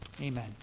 Amen